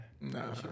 No